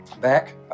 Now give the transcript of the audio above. Back